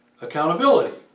accountability